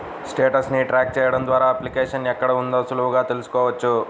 status ని track చెయ్యడం ద్వారా అప్లికేషన్ ఎక్కడ ఆగిందో సులువుగా తెల్సుకోవచ్చు